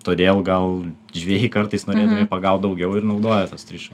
todėl gal žvejai kartais norėdami pagaut daugiau ir naudoja tuos trišakius